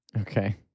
Okay